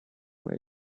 way